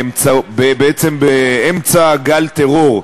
בעצם באמצע גל טרור,